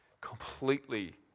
completely